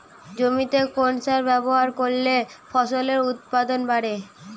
জমিতে কোন সার ব্যবহার করলে ফসলের উৎপাদন বাড়ে?